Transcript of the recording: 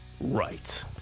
Right